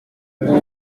pour